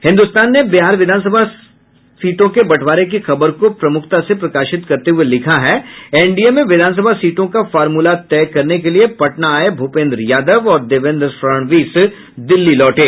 हिन्दुस्तान ने बिहार विधानसभा सीटों के बंटवारे की खबर को प्रमुखता से प्रकाशित करते हुये लिखा है एनडीए में विधानसभा सीटों का फॉर्मूला तय करने के लिये पटना आये भूपेंद्र यादव और देवेन्द्र फडणवीस दिल्ली लौटे